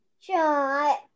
sure